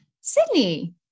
sydney